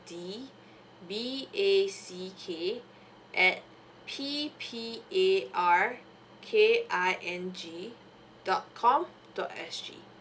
d b a c k at p p a r k i n g dot com dot s g